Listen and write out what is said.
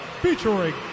featuring